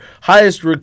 highest